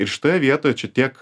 ir šitoje vietoj čia tiek